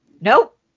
Nope